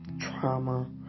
Trauma